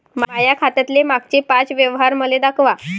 माया खात्यातले मागचे पाच व्यवहार मले दाखवा